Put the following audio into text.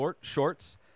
Shorts